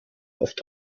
oft